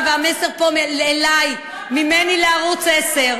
אפשר לחשוב שכל התקשורת האחרת מפרגנת לראש הממשלה,